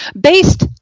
based